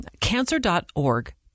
Cancer.org